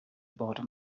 bottom